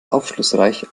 aufschlussreich